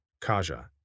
Kaja